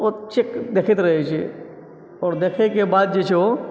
ओ check देखैत रहै छै आओर देखैके बाद जे छै ओ